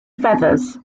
feathers